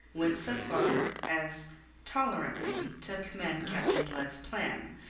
went so far as tolerantly to commend captain blood's plan,